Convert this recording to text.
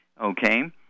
Okay